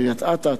קריית-אתא,